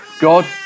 God